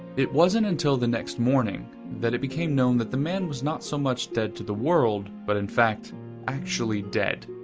it was not until the next morning that it became known that the man was not so much dead to the world but in fact actually dead.